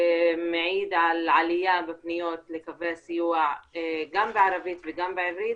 שמעיד על עלייה בפניות לקווי הסיוע גם בערבית וגם בעברית,